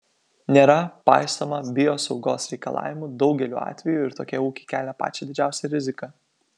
nėra paisoma biosaugos reikalavimų daugeliu atvejų ir tokie ūkiai kelia pačią didžiausią riziką